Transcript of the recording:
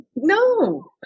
No